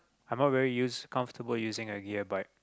I'm not very use comfortable using a gear bike